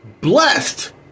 Blessed